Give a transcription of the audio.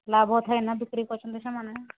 ଲାଭ ଥାଇକିରି ବିକ୍ରି କରୁଛନ୍ତି ସେମାନେ